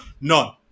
None